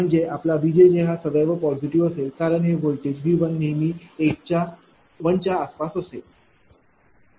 म्हणजे आपला B हा सदैव पॉझिटिव असेल कारण हे व्होल्टेज V नेहमी एकच्या आसपास असेल बरोबर